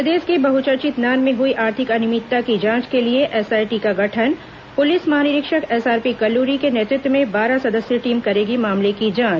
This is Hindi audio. प्रदेश के बहुचर्चित नान में हुई आर्थिक अनियमितता की जांच के लिए एसआईटी का गठन पुलिस महानिरीक्षक एसआरपी कल्लूरी के नेतृत्व में बारह सदस्यीय टीम करेगी मामले की जांच